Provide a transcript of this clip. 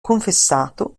confessato